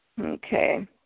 Okay